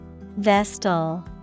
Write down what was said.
Vestal